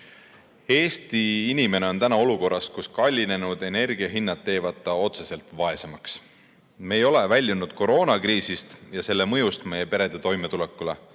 Eesti inimene on olukorras, kus kallinenud energiahinnad teevad ta otseselt vaesemaks. Me ei ole väljunud koroonakriisist ja selle mõjust meie perede toimetulekule.